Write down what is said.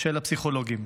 של הפסיכולוגים.